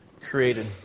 created